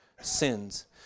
sins